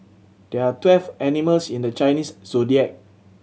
there are twelve animals in the Chinese Zodiac